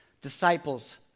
disciples